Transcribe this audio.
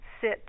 sit